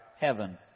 heaven